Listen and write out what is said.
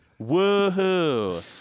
Woohoo